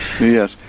Yes